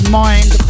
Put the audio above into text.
mind